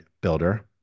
builder